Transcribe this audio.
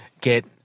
get